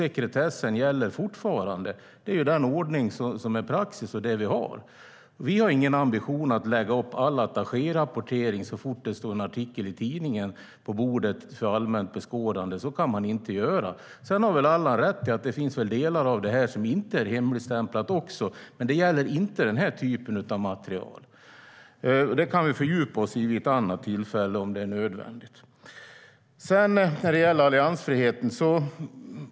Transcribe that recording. Sekretessen gäller fortfarande. Det är den ordningen som har blivit praxis. Vi har ingen ambition att lägga upp all attachérapportering på bordet för allmän beskådan så fort det finns en artikel i tidningen. Så kan man inte göra. Alla har rätt i att det finns delar av handlingen som inte är hemligstämplade, men det gäller inte den typen av material. Det kan vi, om nödvändigt, fördjupa oss i vid ett annat tillfälle. Sedan var det frågan om alliansfriheten.